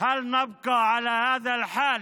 האם נישאר במצב הזה,